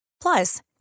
Plus